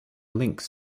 links